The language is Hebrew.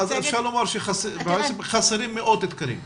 אפשר לומר שחסרים מאות תקנים.